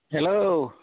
hello